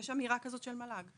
יש אמירה כזאת של מל"ג.